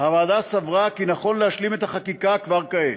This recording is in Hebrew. הוועדה סברה כי נכון להשלים את החקיקה כבר כעת.